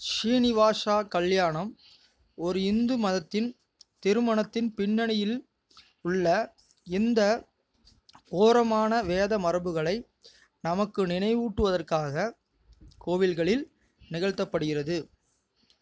ஸ்ரீநிவாச கல்யாணம் ஒரு இந்து மதத்தின் திருமணத்தின் பின்னணியில் உள்ள இந்த கோரமான வேத மரபுகளை நமக்கு நினைவூட்டுவதற்காக கோவில்களில் நிகழ்த்தப்படுகிறது